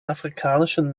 afrikanischen